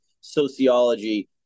sociology